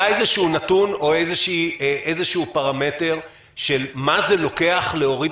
איזה שהוא נתון או איזה שהוא פרמטר של מה זה לוקח להוריד